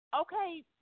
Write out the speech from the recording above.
Okay